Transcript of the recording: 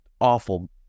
awful